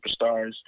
superstars